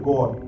God